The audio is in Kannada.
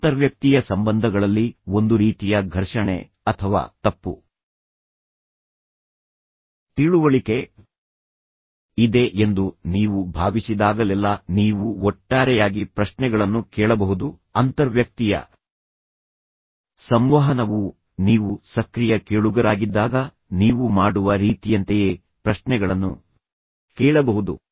ಅಂತರ್ವ್ಯಕ್ತೀಯ ಸಂಬಂಧಗಳಲ್ಲಿ ಒಂದು ರೀತಿಯ ಘರ್ಷಣೆ ಅಥವಾ ತಪ್ಪು ತಿಳುವಳಿಕೆ ಇದೆ ಎಂದು ನೀವು ಭಾವಿಸಿದಾಗಲೆಲ್ಲಾ ನೀವು ಒಟ್ಟಾರೆಯಾಗಿ ಪ್ರಶ್ನೆಗಳನ್ನು ಕೇಳಬಹುದು ಅಂತರ್ವ್ಯಕ್ತೀಯ ಸಂವಹನವು ನೀವು ಸಕ್ರಿಯ ಕೇಳುಗರಾಗಿದ್ದಾಗ ನೀವು ಮಾಡುವ ರೀತಿಯಂತೆಯೇ ಪ್ರಶ್ನೆಗಳನ್ನು ಕೇಳಬಹುದು